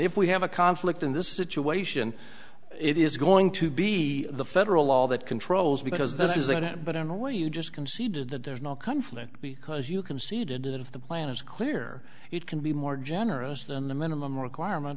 if we have a conflict in this situation it is going to be the federal law that controls because this is in it but in a way you just conceded that there's no conflict because you conceded if the plan is clear it can be more generous than the minimum requirement